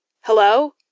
Hello